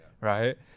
right